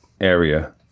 area